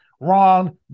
Wrong